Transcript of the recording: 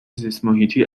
زیستمحیطی